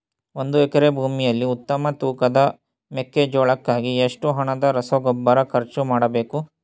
ಒಂದು ಎಕರೆ ಭೂಮಿಯಲ್ಲಿ ಉತ್ತಮ ತೂಕದ ಮೆಕ್ಕೆಜೋಳಕ್ಕಾಗಿ ಎಷ್ಟು ಹಣದ ರಸಗೊಬ್ಬರ ಖರ್ಚು ಮಾಡಬೇಕು?